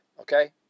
Okay